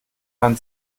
man